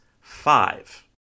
five